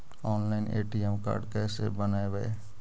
Online ATM card कैसे बनाबौ?